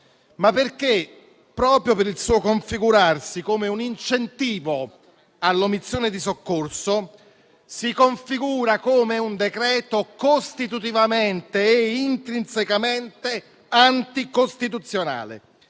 Inoltre, proprio per il suo configurarsi come un incentivo all'omissione di soccorso, si configura come un decreto costitutivamente e intrinsecamente anticostituzionale,